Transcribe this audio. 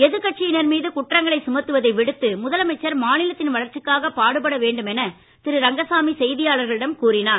எதிர்கட்சியினர் மீது குற்றங்களை சுமத்துவதை விடுத்து முதலமைச்சர் மாநிலத்தின் வளர்ச்சிக்காக பாடுபட வேண்டும் என திரு ரங்கசாமி செய்தியாளர்களிடம் கூறினார்